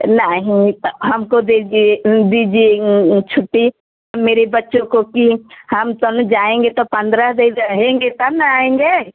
नहीं तो हमको दीजिए दीजिए छुट्टी मेरे बच्चों को कि हम सब जाएँगे तो पंद्रह दिन रहेंगे तब ना आएँगे